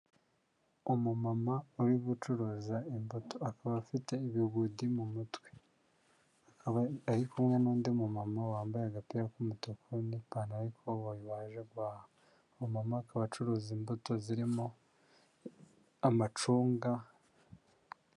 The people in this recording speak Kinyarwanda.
Umumama uri gucuruza imbuto, akaba afite ibigudi mu mutwe, akaba ari kumwe n'undi mumama wambaye agapira k'umutuku n'ipantaro y'ikoboyi wa waje guhaha, umumama akaba acuruza imbuto zirimo amacunga.